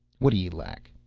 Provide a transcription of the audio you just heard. what d'ye lack?